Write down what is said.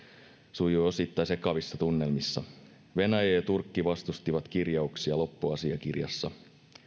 sujui osittain sekavissa tunnelmissa venäjä ja turkki vastustivat kirjauksia loppuasiakirjassa